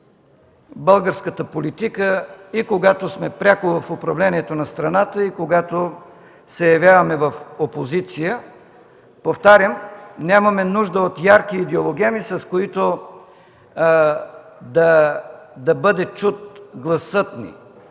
за българската политика и когато сме пряко в управлението на страната, и когато се явяваме в опозиция. Повтарям, нямаме нужда от ярки идеологеми, с които да бъде чут гласът ни.